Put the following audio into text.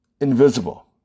invisible